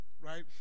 right